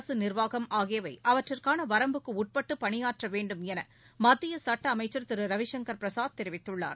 அரசு நிா்வாகம் ஆகியவை அவற்றுக்கான வரம்புக்கு உட்பட்டு பணியாற்ற வேண்டும் என மத்திய சுட்ட அமைச்ச் திரு ரவிசங்கர் பிரசாத் தெரிவித்துள்ளார்